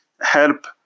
Help